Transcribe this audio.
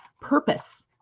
purpose